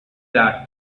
that